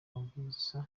amabwiriza